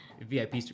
VIP